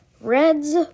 Reds